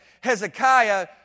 Hezekiah